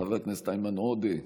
חבר הכנסת איימן עודה,